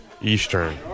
Eastern